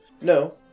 No